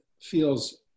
feels